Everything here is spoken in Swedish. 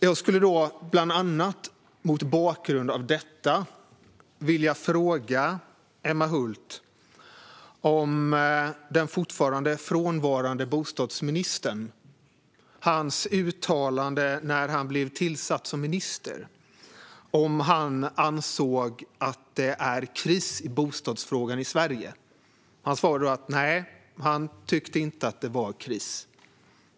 Mot bakgrund av bland annat detta skulle jag vilja fråga Emma Hult om den fortfarande frånvarande bostadsministerns uttalande när han blev tillsatt som minister, om han ansåg att det var kris i bostadsfrågan i Sverige. Han svarade nej, han tyckte inte att det var kris.